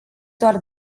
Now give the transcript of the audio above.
doar